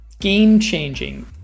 game-changing